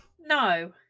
No